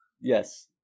yes